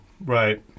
Right